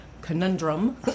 conundrum